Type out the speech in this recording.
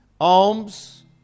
alms